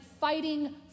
fighting